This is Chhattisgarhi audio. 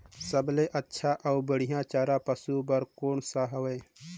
सबले अच्छा अउ बढ़िया चारा पशु बर कोन सा हवय?